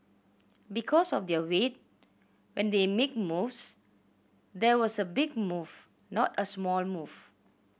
because of their weight when they make moves there was a big move not a small move